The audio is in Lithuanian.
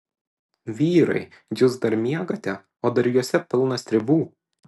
vyrai jūs dar miegate o dargiuose pilna stribų